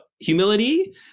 humility